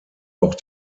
auch